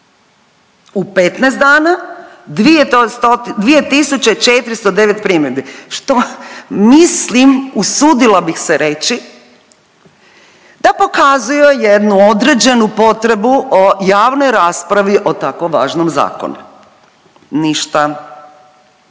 U 15 dana 2.409 primjedbi što mislim usudila bih se reći da pokazuje jednu određenu potrebu o javnoj raspravi o tako važnom zakonu. Ništa.